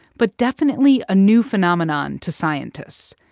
but definitely a new phenomenon to scientists.